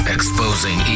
Exposing